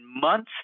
months